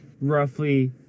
Roughly